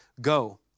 Go